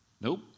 Nope